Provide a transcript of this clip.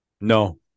No